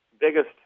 biggest